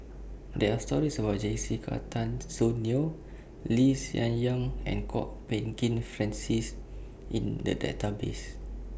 There Are stories about Jessica Tan Soon Neo Lee Hsien Yang and Kwok Peng Kin Francis in The Database